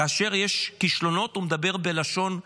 כאשר יש כישלונות הוא מדבר בלשון רבים,